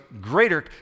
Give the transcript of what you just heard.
greater